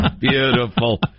Beautiful